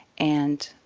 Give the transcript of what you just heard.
and